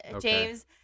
James